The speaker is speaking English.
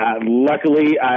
luckily